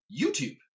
YouTube